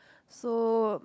so